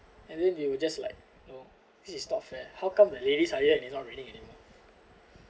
and then they will just like you know it is not fair how come the ladies are here and it's not raining anymore